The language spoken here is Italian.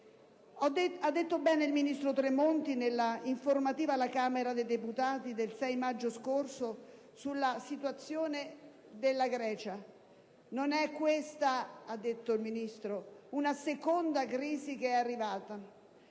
Ha detto bene il ministro Tremonti nell'informativa alla Camera dei deputati del 6 maggio scorso sulla situazione della Grecia: «Non è questa una seconda crisi che è arrivata.